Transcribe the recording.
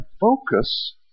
focus